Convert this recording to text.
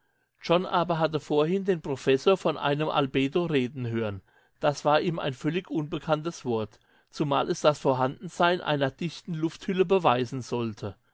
john aber hatte vorhin den professor von einem albedo reden hören das war ihm ein völlig unbekanntes wort zumal es das vorhandensein einer dichten lufthülle beweisen sollte